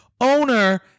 owner